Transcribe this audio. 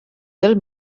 del